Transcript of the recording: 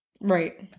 Right